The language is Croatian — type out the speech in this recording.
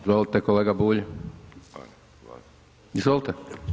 Izvolite kolega Bulj. … [[Upadica sa strane, ne razumije se.]] Izvolite.